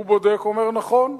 הוא בודק, אומר: נכון.